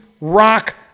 rock